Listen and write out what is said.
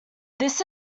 this